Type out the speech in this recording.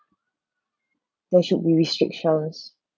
there should be restrictions